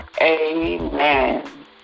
Amen